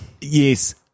Yes